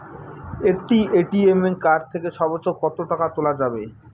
একটি ATM card থেকে সর্বোচ্চ কত টাকা তোলা যাবে?